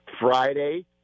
Friday